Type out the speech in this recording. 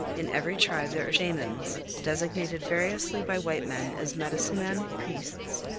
in every tribe there are shamans, designated variously by white men as medicine men, priests,